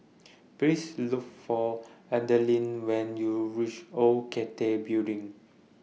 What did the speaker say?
Please Look For Adalynn when YOU REACH Old Cathay Building